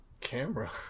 camera